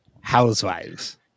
Housewives